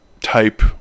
type